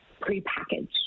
pre-packaged